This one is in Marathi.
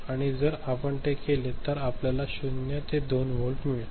आणि जर आपण ते केले तर आपल्याला 0 ते 2 व्होल्ट मिळेल